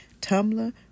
Tumblr